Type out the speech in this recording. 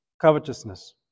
covetousness